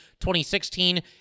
2016